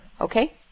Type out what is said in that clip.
okay